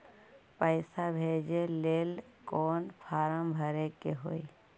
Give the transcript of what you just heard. पैसा भेजे लेल कौन फार्म भरे के होई?